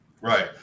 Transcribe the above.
Right